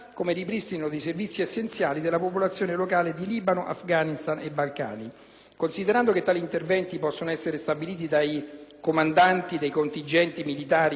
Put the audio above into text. Considerando che tali interventi possono essere stabiliti dai comandanti dei contingenti militari impegnati nei suddetti teatri, si deve rilevare che la disposizione